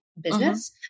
business